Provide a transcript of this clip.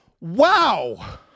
Wow